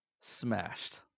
smashed